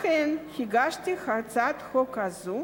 לכן הגשתי את הצעת החוק הזאת,